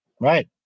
Right